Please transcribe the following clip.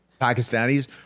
Pakistanis